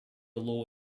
law